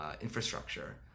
infrastructure